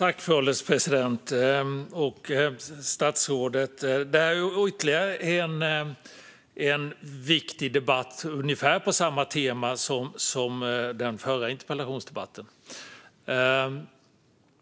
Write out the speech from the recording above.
Fru ålderspresident! Detta är ytterligare en viktig debatt på ungefär samma tema som den förra interpellationsdebatten.